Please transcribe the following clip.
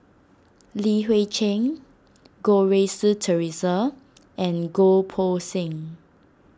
Li Hui Cheng Goh Rui Si theresa and Goh Poh Seng